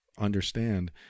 understand